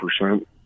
percent